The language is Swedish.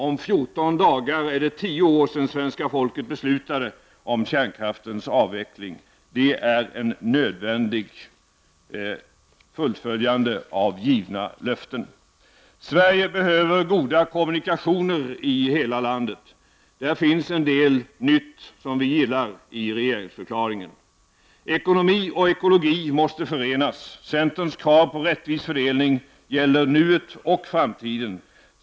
Om 14 dagar är det tio år sedan svenska folket beslutade att kärnkraften skall avvecklas. Avvecklingen är ett nödvändigt fullföljande av givna löften. Sverige behöver goda kommunikationer i hela landet. Där finns en hel del — Prot. 1989/90:80 nytt som vi gillar i regeringsförklaringen. 7 mars 1990 Ekonomi och ekologi måste förenas. Centerns krav på rättvis fördelning gäller nuet och framtiden.